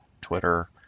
Twitter